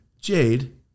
Jade